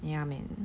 ya man